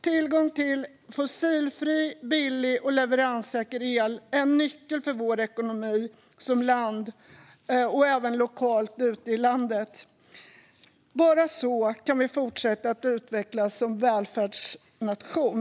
Tillgång till fossilfri, billig och leveranssäker el är en nyckel för Sveriges ekonomi som land och även lokalt ute i landet. Bara så kan vi fortsätta att utvecklas som välfärdsnation.